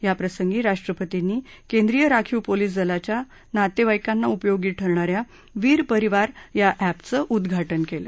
याप्रसंगी राष्ट्रपतींनी केंद्रीय राखीव पोलीस दलाच्या नातेवाईकांना उपयोगी ठरणा या वीर परिवार या एपचं उद्वाटन केलं